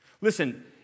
Listen